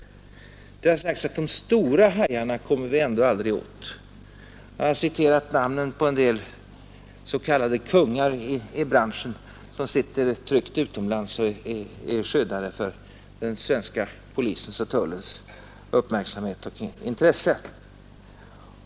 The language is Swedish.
Herr Tak man är inte ensam om detta sätt att resonera. Det har sagts att vi aldrig kan komma åt de stora hajarna. Man har återgivit namnen på den del s.k. kungar i branschen, som sitter tryggt utomlands och är skyddade för den svenska polisens och tullens uppmärksamhet och intresse.